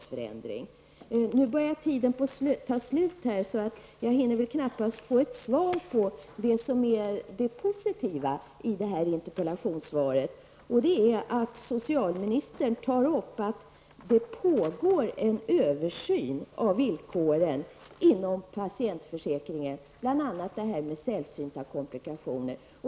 Nu börjar tiden ta slut, så jag hinner väl knappast få ett svar på den fråga jag skulle vilja ställa om det som är positivt i interpellationssvaret. Detta positiva är att socialministern nämner att det pågår en översyn av villkoren inom patientförsäkringen, bl.a. när det gäller det som kallas sällsynta komplikationer.